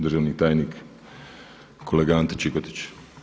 Državni tajnik kolega Ante Čikotić.